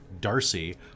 Darcy